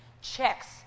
checks